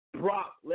Brock